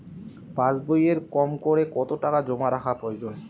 পাশবইয়ে কমকরে কত টাকা জমা রাখা প্রয়োজন?